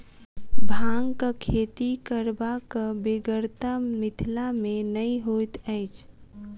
भांगक खेती करबाक बेगरता मिथिला मे नै होइत अछि